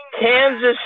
Kansas